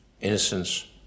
innocence